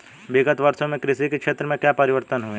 विगत वर्षों में कृषि के क्षेत्र में क्या परिवर्तन हुए हैं?